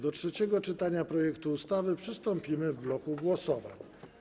Do trzeciego czytania projektu ustawy przystąpimy w bloku głosowań.